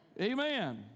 Amen